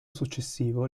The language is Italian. successivo